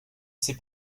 sait